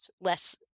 less